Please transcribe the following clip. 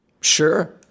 Sure